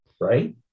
right